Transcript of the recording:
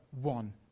one